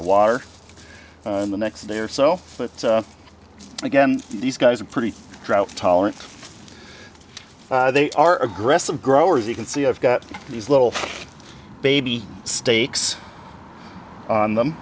of water in the next day or so but again these guys are pretty drought tolerant they are aggressive growers you can see i've got these little baby stakes on them